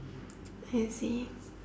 I see